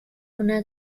una